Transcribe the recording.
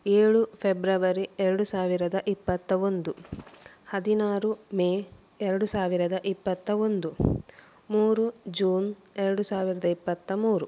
ಏಳು ಫೆಬ್ರವರಿ ಎರಡು ಸಾವಿರದ ಇಪ್ಪತ್ತ ಒಂದು ಹದಿನಾರು ಮೇ ಎರಡು ಸಾವಿರದ ಇಪ್ಪತ್ತ ಒಂದು ಮೂರು ಜೂನ್ ಎರಡು ಸಾವಿರದ ಇಪ್ಪತ್ತ ಮೂರು